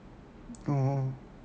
oh